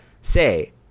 say